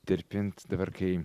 tirpint dabar kai